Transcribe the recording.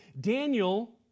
Daniel